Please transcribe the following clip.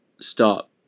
Stop